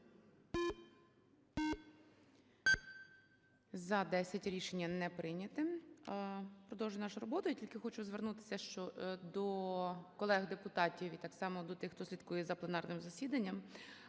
За-10 Рішення не прийняте. Продовжуємо нашу роботу. Я тільки хочу звернутися до колег-депутатів, і так само до тих, хто слідкує за пленарним засіданням.